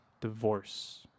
divorce